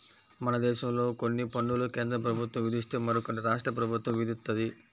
మనదేశంలో కొన్ని పన్నులు కేంద్రప్రభుత్వం విధిస్తే మరికొన్ని రాష్ట్ర ప్రభుత్వం విధిత్తది